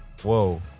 Whoa